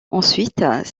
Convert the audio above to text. ensuite